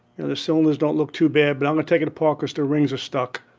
and the cylinders dont look too bad. but i'm gonna take it apart because the rings are stuck.